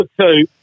two